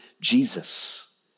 Jesus